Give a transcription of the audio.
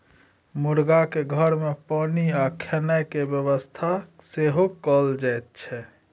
मुरगाक घर मे पानि आ खेनाइ केर बेबस्था सेहो कएल जाइत छै